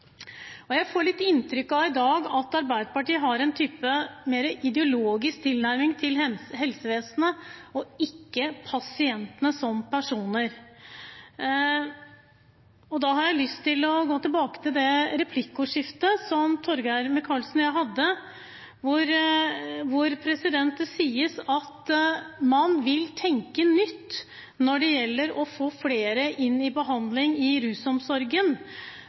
etter. Jeg får inntrykk av i dag at Arbeiderpartiet har en mer ideologisk tilnærming til helsevesenet, og ikke til pasientene som personer. I den forbindelse har jeg lyst til å gå tilbake til det replikkordskiftet som Torgeir Micaelsen og jeg hadde, der det sies at man vil tenke nytt når det gjelder å få flere inn i behandling i rusomsorgen.